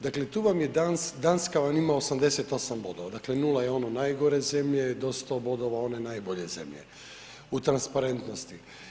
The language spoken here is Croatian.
Dakle tu vam je Danska vam ima 88 bodova, dakle 0 je ono najgore zemlje, do 100 bodova one najbolje zemlje, u transparentnosti.